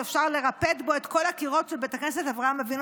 שאפשר לרפד בו את כל הקירות של בית הכנסת אברהם אבינו,